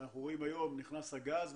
אנחנו רואים היום שנכנס הגז.